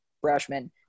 freshman